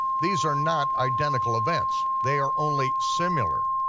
these are not identical events, they are only similar.